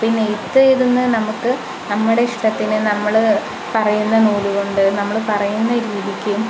പിന്നെ ഇപ്പം ഇതെന്ന് നമുക്ക് നമ്മുടെ ഇഷ്ടത്തിന് നമ്മൾ പറയുന്നനൂലുകൊണ്ട് നമ്മൾ പറയുന്ന രീതിക്ക്